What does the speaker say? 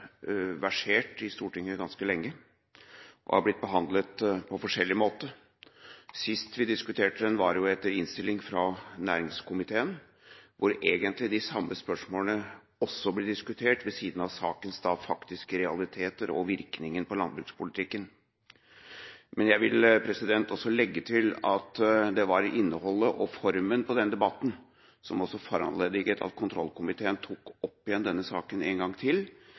versert i Stortinget ganske lenge, og har blitt behandlet på forskjellige måter. Sist vi diskuterte den var etter innstilling fra næringskomiteen, hvor de samme spørsmålene også ble diskutert ved siden av sakens faktiske realiteter og virkningen på landbrukspolitikken. Jeg vil legge til at det var innholdet og formen på den debatten som foranlediget at kontroll- og konstitusjonskomiteen tok opp igjen denne saken en gang,